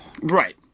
Right